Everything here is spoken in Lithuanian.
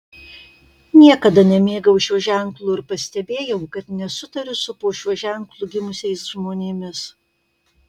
niekada nemėgau šio ženklo ir pastebėjau kad nesutariu su po šiuo ženklu gimusiais žmonėmis